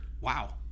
Wow